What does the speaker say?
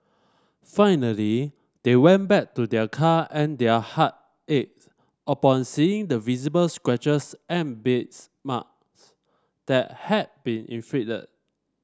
finally they went back to their car and their heart ached upon seeing the visible scratches and bites marks that had been inflicted